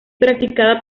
practicada